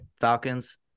Falcons